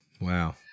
Wow